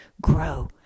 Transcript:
grow